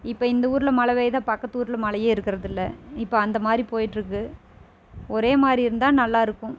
இப்போ இந்த ஊரில் மழை பெய்தால் பக்கத்து ஊரில் மழையே இருக்கிறதில்ல இப்போ அந்தமாதிரி போயிட்டுருக்கு ஒரேமாதிரி இருந்தால் நல்லாயிருக்கும்